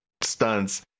stunts